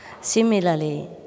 Similarly